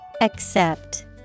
Accept